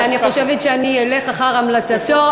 ואני חושבת שאני אלך אחר המלצתו,